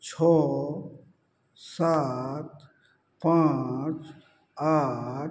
छऽ सात पाँच आठ